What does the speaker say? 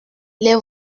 les